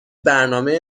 برنامه